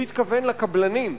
הוא התכוון לקבלנים.